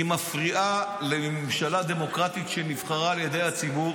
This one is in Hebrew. היא מפריעה לממשלה דמוקרטית שנבחרה על ידי הציבור.